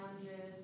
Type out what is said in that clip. challenges